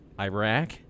Iraq